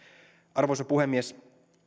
arvoisa puhemies